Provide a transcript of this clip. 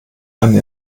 einen